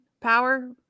power